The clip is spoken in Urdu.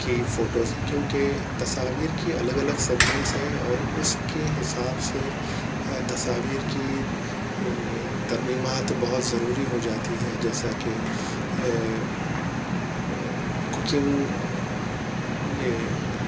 کی فوٹوز کیونکہ تصاویر کی الگ الگ سگمنٹس ہیں اور اس کے حساب سے تصاویر کی ترمیمات بہت ضروری ہو جاتی ہے جیسا کہ کوکنگ یہ